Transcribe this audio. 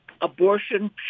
abortion